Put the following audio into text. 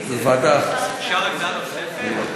מה שאתם מציעים.